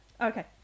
Okay